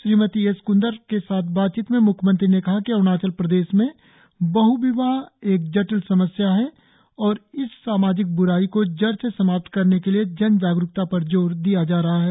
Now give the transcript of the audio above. Shrimati S Kandar के साथ बातचीत में म्ख्यमंत्री ने कहा कि अरुणाचल प्रदेश में बह्विवाह एक जटिल समस्या है और इस सामाजिक ब्राई को जड़ से समाप्त करने के लिए जन जागरुकता पर जोर दिया जा रहा है